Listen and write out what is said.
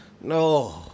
No